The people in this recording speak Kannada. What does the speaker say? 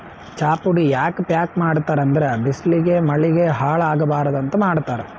ಚಾಪುಡಿ ಯಾಕ್ ಪ್ಯಾಕ್ ಮಾಡ್ತರ್ ಅಂದ್ರ ಬಿಸ್ಲಿಗ್ ಮಳಿಗ್ ಹಾಳ್ ಆಗಬಾರ್ದ್ ಅಂತ್ ಮಾಡ್ತಾರ್